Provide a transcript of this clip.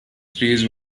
trees